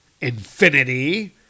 infinity